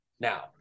now